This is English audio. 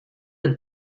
and